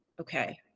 Okay